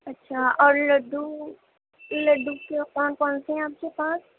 اچھا اور لڈو لڈو کیا کون کون سے ہیں آپ کے پاس